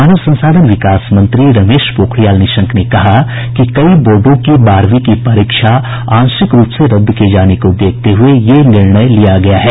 मानव संसाधन विकास मंत्री रमेश पोखरियाल निशंक ने कहा कि कई बोर्डो की बारहवीं की परीक्षा आंशिक रुप से रद्द किए जाने को देखते हुए यह निर्णय लिया गया है